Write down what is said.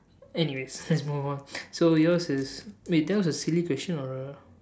anyways let's move on so yours is wait that the silly question or a